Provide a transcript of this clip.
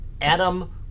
Adam